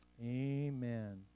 Amen